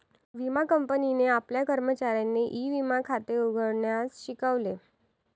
विमा कंपनीने आपल्या कर्मचाऱ्यांना ई विमा खाते उघडण्यास शिकवले